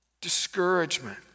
discouragement